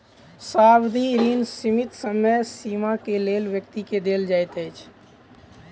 सावधि ऋण सीमित समय सीमा के लेल व्यक्ति के देल जाइत अछि